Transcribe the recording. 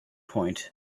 point